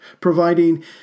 providing